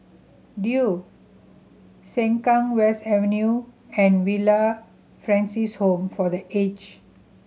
Duo Sengkang West Avenue and Villa Francis Home for The Aged